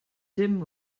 dim